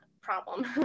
problem